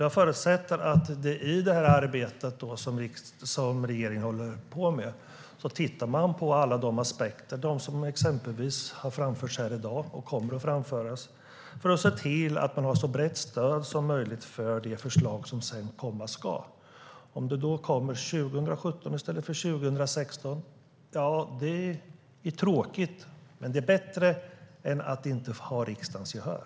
Jag förutsätter att man i det arbete som regeringen håller på med tittar på alla aspekter, exempelvis de som har framförts och kommer att framföras här i dag, för att se till att man har så brett stöd som möjligt för det förslag som sedan komma ska. Om det kommer 2017 i stället för 2016 är det tråkigt. Men det är bättre än att inte ha riksdagens gehör.